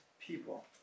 people